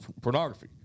pornography